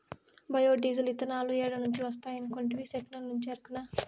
bio diesel, ఇతనాలు ఏడ నుంచి వస్తాయనుకొంటివి, సెట్టుల్నుంచే ఎరకనా